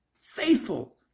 faithful